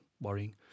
worrying